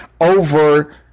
over